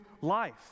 life